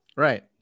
Right